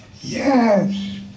Yes